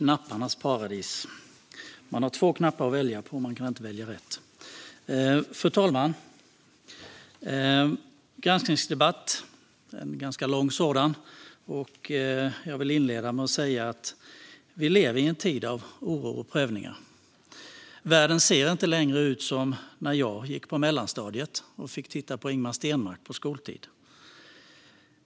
Fru talman! Nu blir det granskningsdebatt, en ganska lång sådan. Jag vill inleda med att säga att vi lever i en tid av oro och prövningar. Världen ser inte längre ut som när jag gick i mellanstadiet och fick titta på Ingemar Stenmark under skoltid.